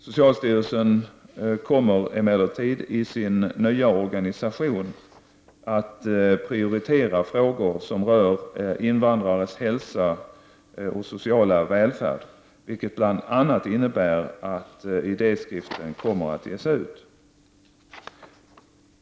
Socialstyrelsen kommer emellertid i sin nya organisation att prioritera frågor som rör invandrares hälsa och sociala välfärd, vilket bl.a. innebär att idéskriften kommer att ges ut.